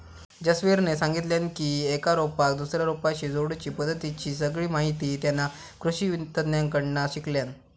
जसवीरने सांगितल्यान की एका रोपाक दुसऱ्या रोपाशी जोडुची पद्धतीची सगळी माहिती तेना कृषि तज्ञांकडना शिकल्यान